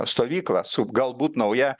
stovyklą su galbūt nauja